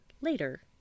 later